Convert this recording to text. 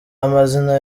amazina